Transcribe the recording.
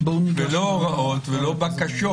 ולא הוראות ולא בקשות.